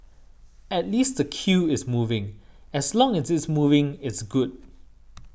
at least the queue is moving as long as it's moving it's good